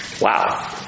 Wow